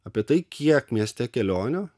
apie tai kiek mieste kelionių